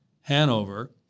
Hanover